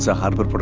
so hundred but